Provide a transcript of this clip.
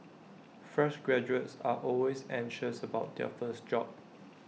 fresh graduates are always anxious about their first job